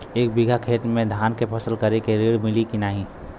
एक बिघा खेत मे धान के फसल करे के ऋण मिली की नाही?